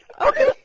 Okay